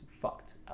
fucked